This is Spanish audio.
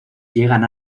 llegan